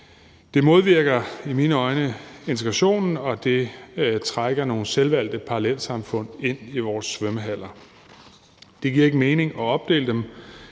Det modvirker i mine øjne integrationen, og det trækker nogle selvvalgte parallelsamfund ind i vores svømmehaller. Det giver ikke mening at opdele dem.